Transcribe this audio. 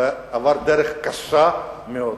הוא עבר דרך קשה מאוד,